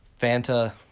Fanta